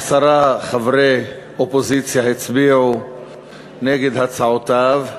עשרה חברי אופוזיציה הצביעו נגד הצעותיו,